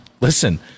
Listen